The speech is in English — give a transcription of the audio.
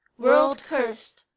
world-cursed,